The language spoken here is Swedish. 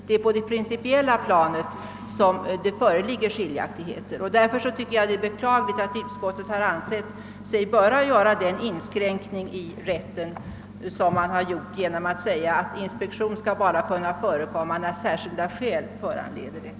Det är på det principiella planet skiljaktigheter föreligger, och därför tycker jag att det är beklagligt att utskottet ansett sig böra göra den inskränkning i rätten som skrivningen innebär, nämligen att inspektion bara skall kunna förekomma när särskilda skäl föranleder detta.